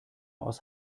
aus